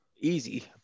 easy